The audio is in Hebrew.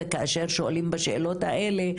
שכששואלים את השאלות האלה,